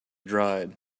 dried